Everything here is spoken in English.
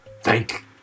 Thank